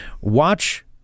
Watch